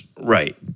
Right